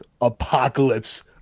apocalypse